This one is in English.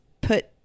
put